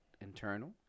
internal